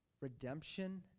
redemption